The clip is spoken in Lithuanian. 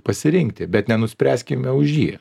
pasirinkti bet nenuspręskime už jį